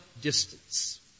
distance